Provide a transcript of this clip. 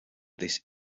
this